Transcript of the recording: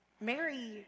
Mary